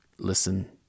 Listen